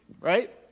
right